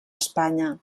espanya